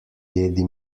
jedi